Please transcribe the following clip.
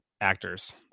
actors